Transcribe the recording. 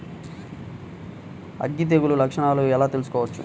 అగ్గి తెగులు లక్షణాలను ఎలా తెలుసుకోవచ్చు?